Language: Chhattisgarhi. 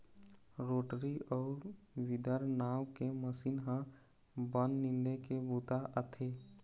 रोटरी अउ वीदर नांव के मसीन ह बन निंदे के बूता आथे